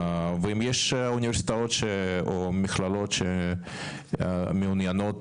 ואם יש אוניברסיטאות או מכללות שמעוניינות